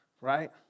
Right